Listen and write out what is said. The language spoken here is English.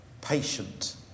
patient